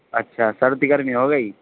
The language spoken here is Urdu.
اچھا سردی گرمی ہو گئی